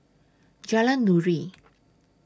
Jalan Nuri